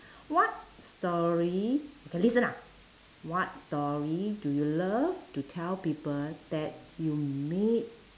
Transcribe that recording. what story okay listen ah what story do you love to tell people that you meet